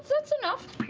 that's enough.